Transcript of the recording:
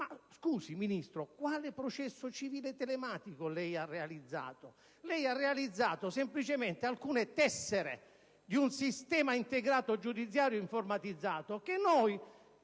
Ma, scusi Ministro, quale processo civile telematico lei ha realizzato? Lei ha realizzato semplicemente alcune tessere di un sistema integrato giudiziario informatizzato, questo